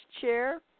chair